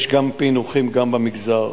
יש פענוחים גם במגזר.